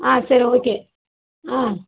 ஆ சரி ஓகே ஆ